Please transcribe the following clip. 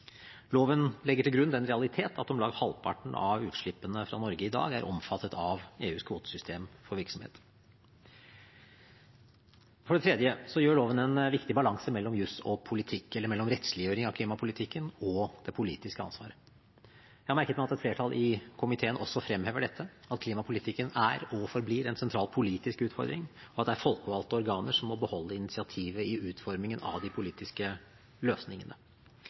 Loven legger til grunn den realitet at om lag halvparten av utslippene fra Norge i dag er omfattet av EUs kvotesystem for virksomheter. For det tredje gjør loven en viktig balanse mellom jus og politikk, eller mellom rettsliggjøring av klimapolitikken og det politiske ansvaret. Jeg merket meg at et flertall i komiteen også fremhever dette, at klimapolitikken er og forblir en sentral politisk utfordring, og at det er folkevalgte organer som må beholde initiativet i utformingen av de politiske løsningene.